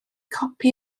copi